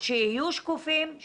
שיהיו שקופים,